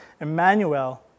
Emmanuel